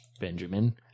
Benjamin